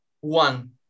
one